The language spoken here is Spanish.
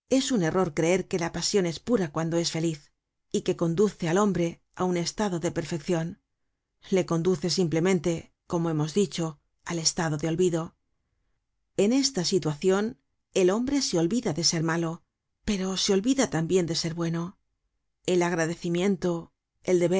es un error creer que la pasion es pura cuando es feliz y que conduce al hombre á un estado de perfeccion le conduce simplemente como hemos dicho al estado de olvido en esta situacion el hombre se olvida de ser malo pero se olvida tambien de ser bueno el agradecimiento el deber